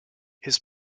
his